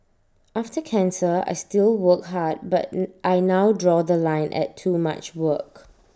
after cancer I still work hard but I now draw The Line at too much work